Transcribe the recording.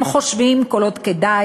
// הם חושבים כל עוד כדאי,/